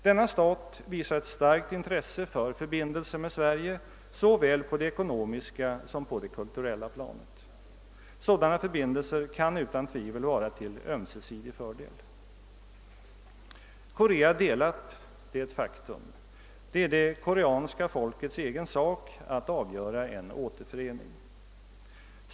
Denna stat visar ett starkt intresse för förbindelser med Sverige såväl på det ekonomiska som på det kulturella planet. Sådana förbindelser kan utan tvivel vara till ömsesidig fördel. Korea är delat — det är ett faktum. Det är det koreanska folkets egen sak att avgöra en återförening.